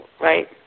right